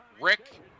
Rick